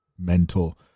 Mental